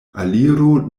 aliru